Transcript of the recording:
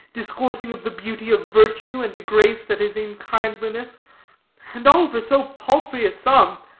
discoursing of the beauty of virtue, and the grace that is in kindliness and all for so paltry a sum.